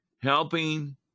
helping